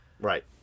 Right